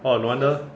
orh no wonder